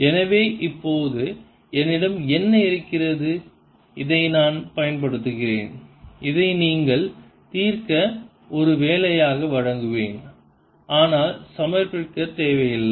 எனவே இப்போது என்னிடம் என்ன இருக்கிறது இதை நான் பயன்படுத்துகிறேன் இதை நீங்கள் தீர்க்க ஒரு வேலையாக வழங்குவேன் ஆனால் சமர்ப்பிக்க தேவையில்லை